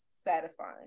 satisfying